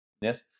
Yes